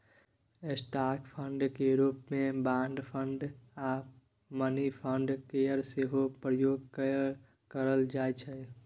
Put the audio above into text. stock fund केर रूप मे बॉन्ड फंड आ मनी फंड केर सेहो प्रयोग करल जाइ छै